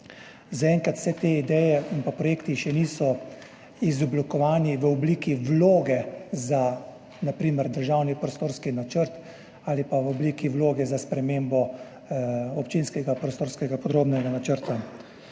Zaenkrat vse te ideje in projekti še niso izoblikovani v obliki vloge za na primer državni prostorski načrt ali pa v obliki vloge za spremembo občinskega prostorskega podrobnega načrta.